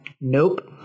Nope